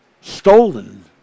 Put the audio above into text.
stolen